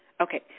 Okay